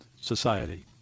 society